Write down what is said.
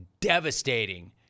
devastating